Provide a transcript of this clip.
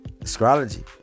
astrology